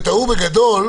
וטעו בגדול,